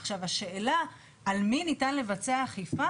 עכשיו, השאלה על מי ניתן לבצע אכיפה?